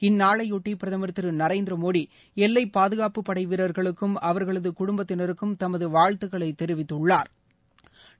இந்நாளையொட்டி பிரதமர் திரு நரேந்திரமோடி எல்லை காவல்படை வீரர்களுக்கும் அவர்களது குடும்பத்தினருக்கும் தமது வாழ்த்துக்களைத் தெரிவித்துள்ளாா்